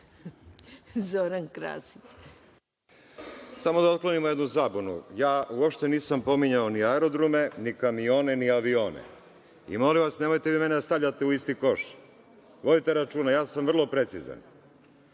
**Zoran Krasić** Samo da otklonimo jednu zabunu. Uopšte nisam pominjao ni aerodrome, ni kamione, ni avione. Molim vas nemojte vi mene da stavljate u isti koš. Vodite računa. Ja sam vrlo precizan. Pošto